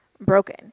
broken